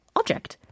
object